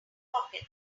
pockets